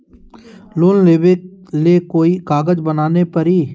Loan लेबे ले कोई कागज बनाने परी?